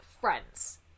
friends